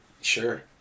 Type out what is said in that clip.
sure